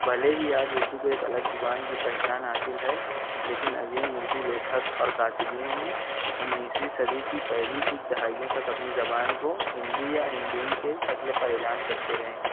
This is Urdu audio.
بھلے ہی آج اردو کو ایک الگ زبان کی پہچان حاصل ہے لیکن عظیم اردو لیکھک اور کاتبین نے انیسویں صدی کی پہلی کچھ دہائیوں تک اپنی زبان کو ہندی یا ہندوی کے شکل پر اعلان کرتے رہے ہیں